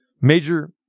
Major